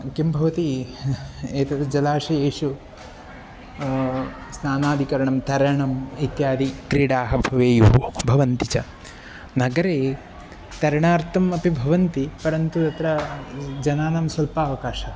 किं भवति एतद् जलाशयेषु स्नानादिकरणं तरणम् इत्यादिक्रीडाः भवेयुः भवन्ति च नगरे तरणार्थम् अपि भवन्ति परन्तु तत्र जनानां स्वल्पावकाशः